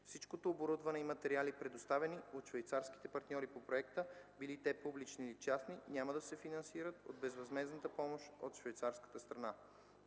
всичкото оборудване и материали, предоставени от швейцарските партньори по проекта, били те публични или частни, няма да се финансират от безвъзмездната помощ от швейцарската страна.”